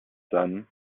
son